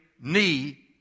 knee